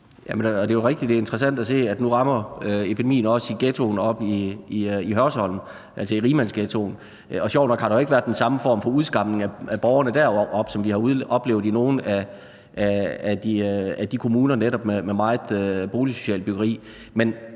Det er interessant at se, at nu rammer epidemien også i ghettoen oppe i Hørsholm, altså i rigmandsghettoen, og sjovt nok har der jo ikke været den samme form for udskamning af borgerne deroppe, som vi har oplevet i nogle af de kommuner med netop meget boligsocialt byggeri.